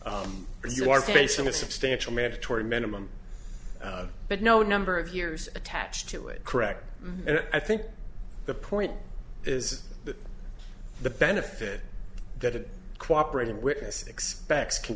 if you are facing a substantial mandatory minimum but no number of years attached to it correct and i think the point is that the benefit that a cooperate in witness expects can